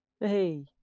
Hey